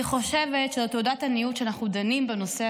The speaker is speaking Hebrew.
אני חושבת שזו תעודת עניות שאנחנו דנים בנושא